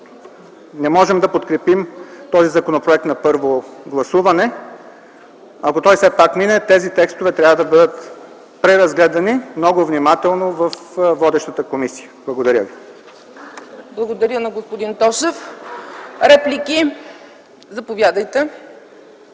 не можем да подкрепим този законопроект на първо гласуване. Ако той все пак мине, тези текстове трябва да бъдат преразгледани много внимателно във водещата комисия. Благодаря ви. ПРЕДСЕДАТЕЛ ЦЕЦКА ЦАЧЕВА: Благодаря на господин Тошев. Заповядайте